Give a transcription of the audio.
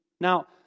Now